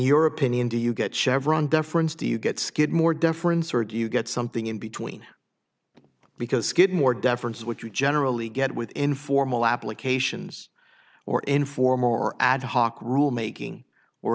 your opinion do you get chevron deference do you get skidmore deference or do you get something in between because skidmore deference which you generally get with informal applications or informal or ad hoc rulemaking or